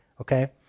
Okay